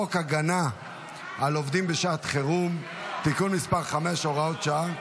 חוק הגנה על עובדים בשעת חירום (תיקון מס' 5 הוראת שעה,